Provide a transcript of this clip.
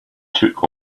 took